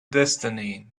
destiny